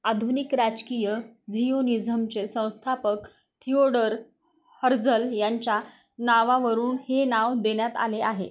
आधुनिक राजकीय झीओनीझमचे संस्थापक थिओडर हर्झल यांच्या नावावरून हे नाव देण्यात आले आहे